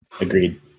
Agreed